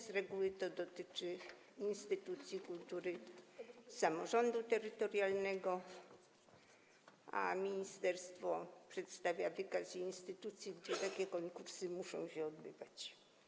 Z reguły dotyczy to instytucji kultury samorządu terytorialnego, a ministerstwo przedstawia wykaz instytucji, w których takie konkursy muszą się odbywać.